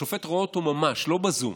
השופט רואה אותו ממש, לא בזום.